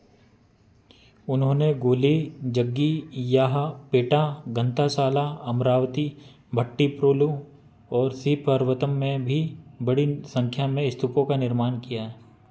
उन्होंने गोली जग्गियाहपेटा गंताशाला अमरावती भट्टीप्रोलु और श्री पर्वतम में भी बड़ी संख्या में स्तूपों का निर्माण किया